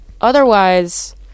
otherwise